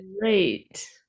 Great